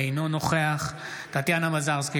אינו נוכח טטיאנה מזרסקי,